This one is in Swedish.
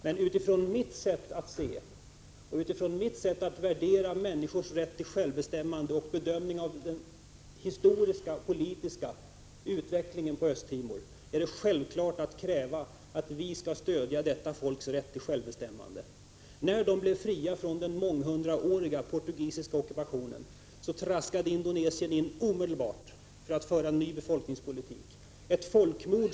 Men utifrån mitt sätt att se och mitt sätt att värdera människors rätt till självbestämmande och utifrån bedömningen av den historiska och politiska utvecklingen på Östra Timor är det självklart att vi skall stödja detta folks rätt till självbestämmande. När folket blev fritt från den månghundraåriga portugisiska ockupationen, traskade Indonesien in omedelbart för att föra en ny befolkningspolitik. Det blev ett folkmord.